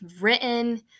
written